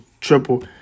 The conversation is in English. triple